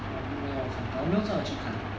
I don't know leh 叫我去看 ah